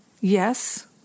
yes